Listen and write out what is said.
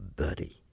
buddy